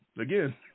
Again